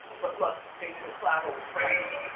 but look, they did a collabo with friends.